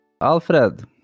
Alfred